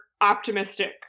optimistic